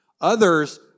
Others